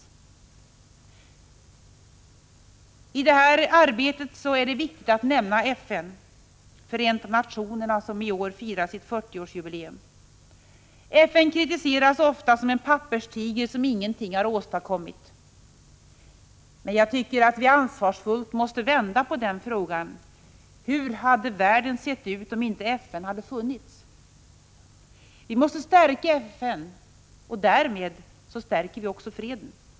I detta arbete är det angeläget att nämna FN, Förenta nationerna, som i år firar sitt 40-årsjubileum. FN kritiseras ofta för att vara en papperstiger som ingenting har åstadkommit. Vi måste ansvarsfullt vända på frågan: Hur hade världen sett ut om inte FN hade funnits? Vi måste stärka FN, och därmed stärker vi också freden.